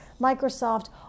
Microsoft